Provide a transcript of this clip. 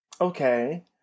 okay